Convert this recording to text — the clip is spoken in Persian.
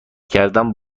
کردن